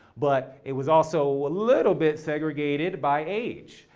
but it was also a little bit segregated by age,